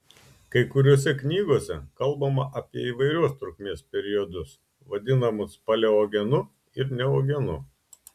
kai kuriose knygose kalbama apie įvairios trukmės periodus vadinamus paleogenu ir neogenu